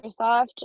Microsoft